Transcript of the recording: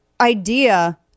idea